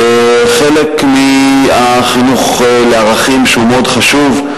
חלק מהחינוך לערכים שהוא מאוד חשוב.